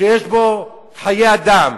שיש בו חיי אדם.